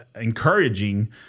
encouraging